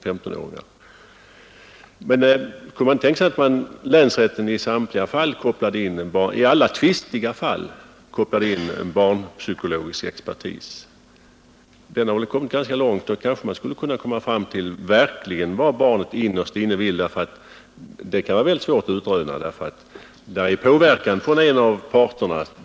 Men kunde man inte tänka sig att länsrätten i alla tvistiga fall kopplade in barnpsykologisk expertis? På det området har man nått ganska långt, och kanske skulle en barnpsykolog kunna få fram vad barnet innerst inne vill. Det kan vara väldigt svårt att utröna, därför att det förekommer oftast påverkan från någon av parterna.